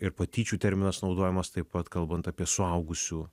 ir patyčių terminas naudojamas taip pat kalbant apie suaugusių